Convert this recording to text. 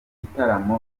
gitaramo